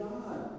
God